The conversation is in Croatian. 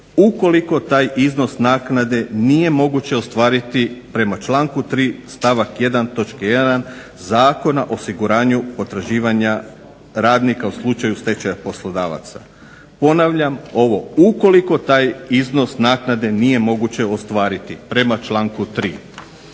ukoliko taj iznos naknade nije moguće ostvariti prema članku 3. stavak 1. točke 1. Zakona o osiguranju potraživanja radnika u slučaju stečaja poslodavaca". Ponavljam ovo ukoliko taj iznos naknade nije moguće ostvariti prema članku 3.